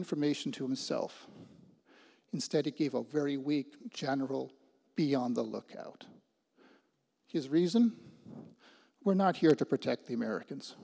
information to himself instead he gave a very weak general be on the lookout his reason we're not here to protect the americans